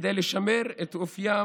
כדי לשמר את אופיים